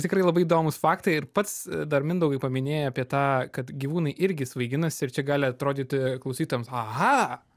tikrai labai įdomūs faktai ir pats dar mindaugai paminėjai apie tą kad gyvūnai irgi svaiginasi ir čia gali atrodyti klausytojams aha